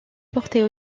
portait